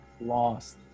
Lost